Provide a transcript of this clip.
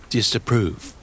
disapprove